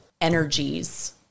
energies